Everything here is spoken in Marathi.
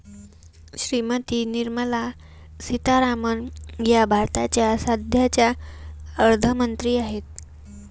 श्रीमती निर्मला सीतारामन या भारताच्या सध्याच्या अर्थमंत्री आहेत